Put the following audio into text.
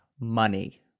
money